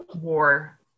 war